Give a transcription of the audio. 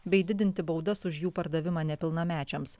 bei didinti baudas už jų pardavimą nepilnamečiams